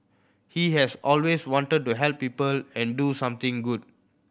he has always wanted to help people and do something good